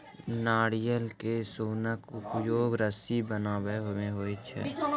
नारियल के सोनक उपयोग रस्सी बनबय मे होइत छै